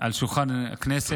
על שולחן הכנסת.